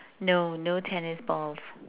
no no tennis balls